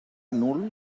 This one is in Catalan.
nul